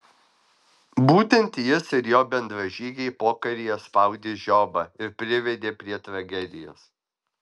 būtent jis ir jo bendražygiai pokaryje spaudė žiobą ir privedė prie tragedijos